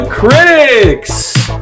Critics